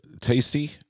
tasty